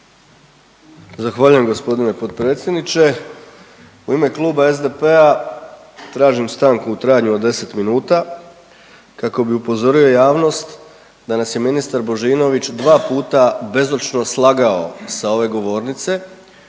Zahvaljujem g. potpredsjedniče. U ime Kluba SDP-a tražim stanku u trajanju od 10 minuta kako bi upozorio javnost da nas je ministar Božinović dva puta bezočno slagao sa ove govornice